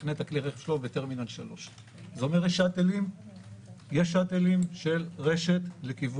מחנה את כלי הרכב שלו בטרמינל 3. זה אומר שיש שאטלים של רש"ת לכיוון